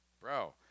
Bro